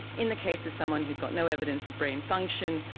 in the case of someone who's got no evidence of brain function,